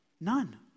None